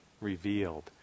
revealed